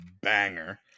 banger